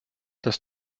das